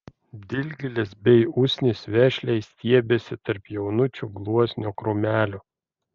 dilgėlės bei usnys vešliai stiebėsi tarp jaunučių gluosnio krūmelių